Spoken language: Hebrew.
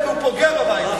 הוא פוגע בבית הזה.